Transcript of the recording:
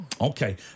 Okay